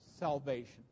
salvation